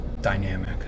dynamic